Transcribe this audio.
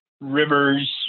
rivers